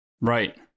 Right